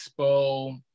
expo